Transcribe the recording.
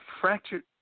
fractured